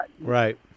Right